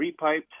repiped